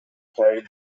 carried